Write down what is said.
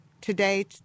today